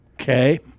Okay